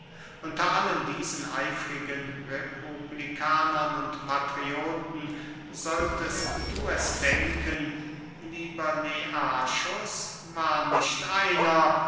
unter allen diesen eifrigen republikanern und patrioten solltest du es denken lieber learchus war nicht einer